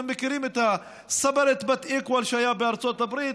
אתם מכירים את ה-separate but equal שהיה בארצות-הברית,